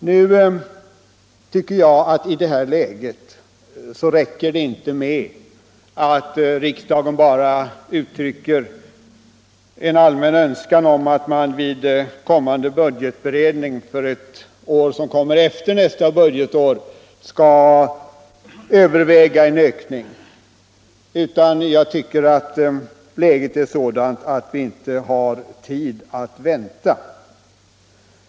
Jag tycker inte att det i rådande läge är tillräckligt att riksdagen uttrycker en allmän önskan om att man skall överväga en ökning vid kommande budgetberedning, som avser det budgetår som ligger efter nästa budgetår. Jag menar att läget är sådant att vi inte har tid att vänta.